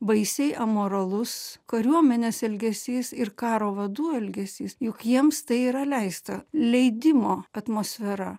baisiai amoralus kariuomenės elgesys ir karo vadų elgesys juk jiems tai yra leista leidimo atmosfera